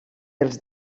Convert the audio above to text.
els